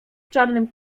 czarnym